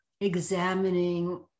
examining